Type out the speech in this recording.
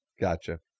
Gotcha